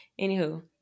Anywho